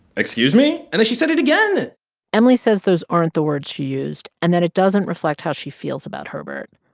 excuse me? and then she said it again emily says those aren't the words she used and it doesn't reflect how she feels about herbert.